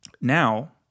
Now